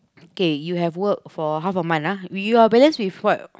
okay you have work for half a month ah you are balance with what